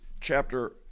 chapter